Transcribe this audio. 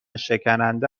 شکننده